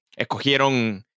escogieron